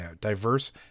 diverse